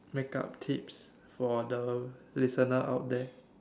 makeup tips for the listener out there